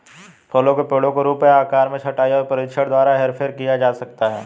फलों के पेड़ों के रूप या आकार में छंटाई और प्रशिक्षण द्वारा हेरफेर किया जा सकता है